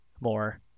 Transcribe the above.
more